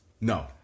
no